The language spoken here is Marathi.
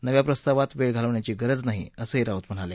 नव्या प्रस्तावात वेळ घालवण्याची गरज नाही असं राऊत म्हणाले